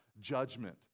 judgment